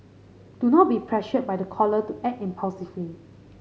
do not be pressured by the caller to act impulsively